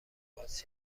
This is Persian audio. آغاز